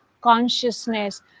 consciousness